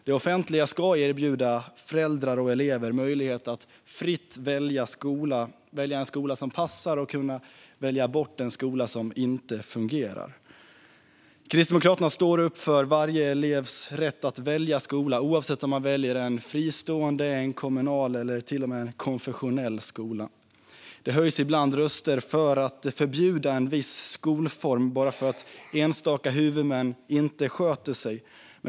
Det offentliga ska erbjuda föräldrar och elever möjlighet att fritt välja en skola som passar och välja bort en som inte fungerar. Kristdemokraterna står upp för varje elevs rätt att välja skola, oavsett om man väljer en fristående, en kommunal eller till och med en konfessionell skola. Det höjs ibland röster för att förbjuda en viss skolform bara för att enstaka huvudmän inte sköter sig.